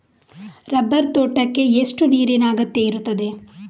Rubber ತೋಟಕ್ಕೆ ಎಷ್ಟು ನೀರಿನ ಅಗತ್ಯ ಇರುತ್ತದೆ?